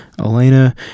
Elena